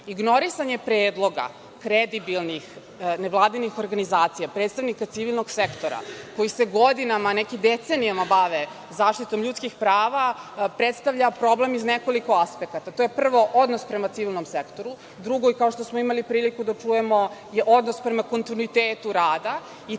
vlasti. Ignorisanje predloga kredibilnih nevladinih organizacija, predstavnika civilnog sektora, koji se godinama, a neki i decenijama, bave zaštitom ljudskih prava, predstavlja problem iz nekoliko aspekata. To je, prvo, odnos prema civilnom sektoru, drugo, i kao što smo imali prilike da čujemo, je odnos prema kontinuitetu rada i treće,